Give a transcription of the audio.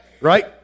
Right